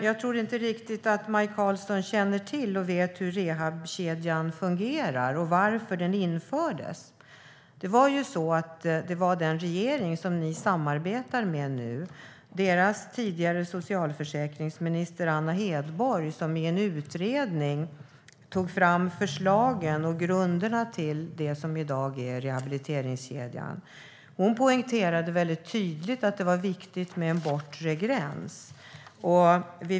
Jag tror dock inte riktigt att Maj Karlsson känner till hur rehabkedjan fungerar och varför den infördes. Den tidigare socialdemokratiska socialförsäkringsministern Anna Hedborg tog i en utredning fram förslagen och grunderna till det som i dag är rehabiliteringskedjan. Hon poängterade tydligt att det var viktigt med en bortre gräns.